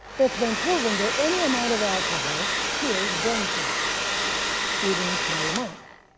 it's been proven that any amount of alcohol kills brain cells even in small amounts,